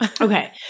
Okay